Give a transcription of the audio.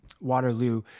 Waterloo